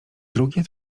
drugie